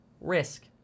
risk